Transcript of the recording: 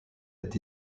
est